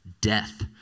death